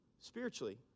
Spiritually